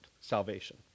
salvation